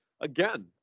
again